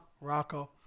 rocco